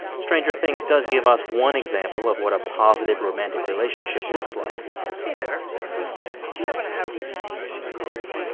stranger things does give us one example of what a positive romantic relationship looks like hey there hey do you happen to have this in any other colors?